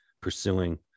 pursuing